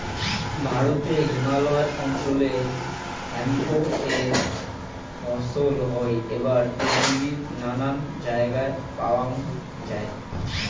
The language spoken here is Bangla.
ভারতে হিমালয় অঞ্চলে হেম্প এর ফছল হই এবং পৃথিবীর নানান জায়গায় প্যাওয়াঙ যাই